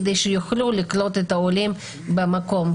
כדי שיוכלו לקלוט את העולים במקום.